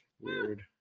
weird